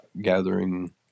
gathering